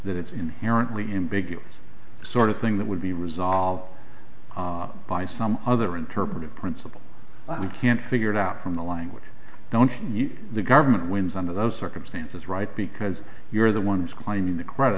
that it's inherently ambiguous sort of thing that would be resolved by some other interpretive principle that we can't figure it out from the language don't you the government wins under those circumstances right because you're the ones claiming the credit